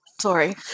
Sorry